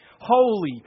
Holy